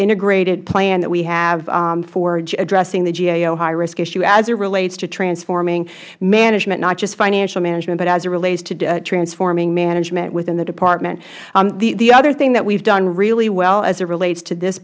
integrated plan that we have for addressing the gao highrisk issue as it relates to transforming management not just financial management but as it relates to transforming management within the department the other thing that we have done really well as it relates to this